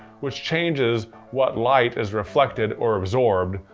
which changes what light is reflected, or absorbed,